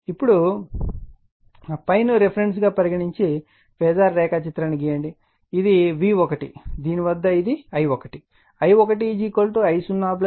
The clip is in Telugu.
ఇప్పుడు ∅ ను రిఫరెన్సు గా పరిగణించి ఫేజార్ రేఖాచిత్రాన్ని గీస్తే మరియు ఇది V1 దీని వద్ద ఇది I1 I1 I0 I2